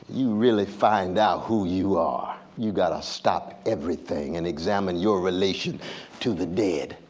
you really find out who you are. you gotta stop everything and examine your relation to the dead.